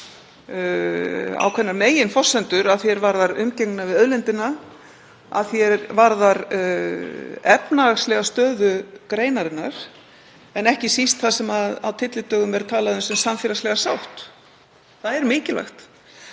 ákveðnar meginforsendur að því er varðar umgengni við auðlindina, að því er varðar efnahagslega stöðu greinarinnar en ekki síst það sem á tyllidögum er talað um sem samfélagslega sátt. Það er mikilvægt.